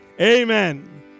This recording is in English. Amen